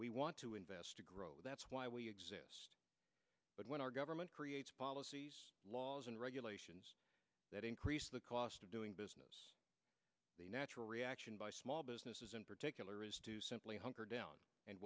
we want to invest a growth that's why we exist but when our government creates laws and regulations that increase the cost of doing business the natural reaction by small businesses in particular is to simply hunker down and